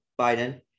biden